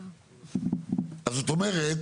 אז זאת אומרת